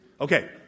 Okay